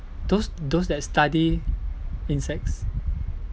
those those that study insects